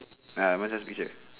ah my just picture